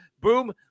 Boom